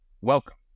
Welcome